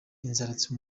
inzaratsi